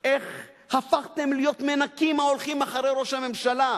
איך הפכתם להיות מנקים ההולכים אחרי ראש הממשלה,